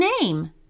name